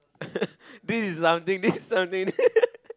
this is something this is something